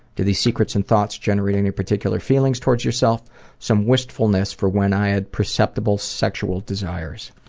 do these secrets and thoughts generate any particular feelings towards yourself some wistfulness for when i had perceptible sexual desires.